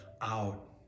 out